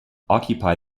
occupy